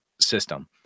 system